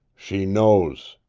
she knows,